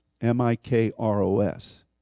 M-I-K-R-O-S